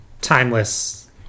timeless